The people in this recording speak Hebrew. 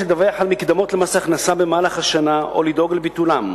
יש לדווח על מקדמות למס הכנסה במהלך השנה או לדאוג לביטולן,